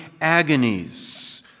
agonies